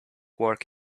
work